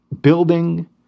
building